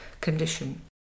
condition